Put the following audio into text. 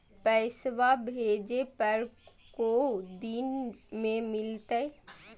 पैसवा भेजे पर को दिन मे मिलतय?